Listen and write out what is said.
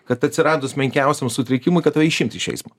kad atsiradus menkiausiam sutrikimui kad tave išimt iš eismo